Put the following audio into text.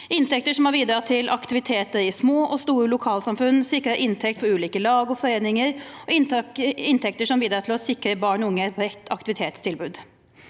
inntekter som har bidratt til aktivitet i små og store lokalsamfunn, sikret ulike lag og foreninger og bidratt til å sikre barn og unge et bredt aktivitetstilbud.